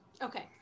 Okay